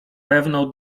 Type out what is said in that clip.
pewną